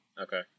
Okay